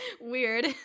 Weird